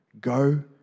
go